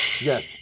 Yes